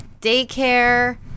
daycare